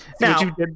now